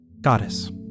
Goddess